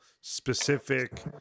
specific